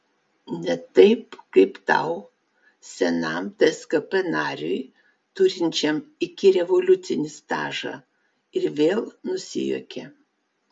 ne taip kaip tau senam tskp nariui turinčiam ikirevoliucinį stažą ir vėl nusijuokė